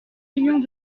millions